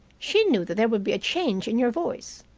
she knew that there would be a change in your voice,